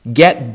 get